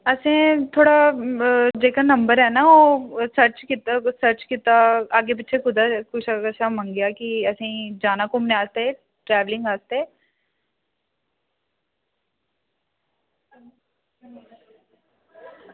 असें थोह्ड़ा जेह्का नंबर ऐ ना ओह् सर्च कीता अग्गें पिच्छें कुदै कुसै कशा मंग्गेआ की असें ई जाना घुम्मनै आस्तै ट्रैवलिंग आस्तै